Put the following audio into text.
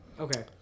Okay